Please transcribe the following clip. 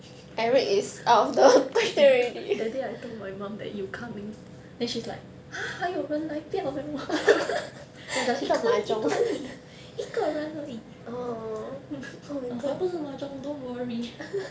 that day I told my mum that you coming then she's like !huh! 还有人来不要了 一个人而已一个人而已 我讲不是 mahjong don't worry